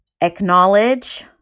acknowledge